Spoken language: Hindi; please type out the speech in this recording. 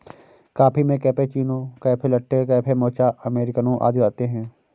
कॉफ़ी में cappuccino, caffe latte, caffe mocha, अमेरिकनों आदि आते है